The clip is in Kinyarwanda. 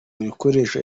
bikoresho